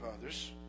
others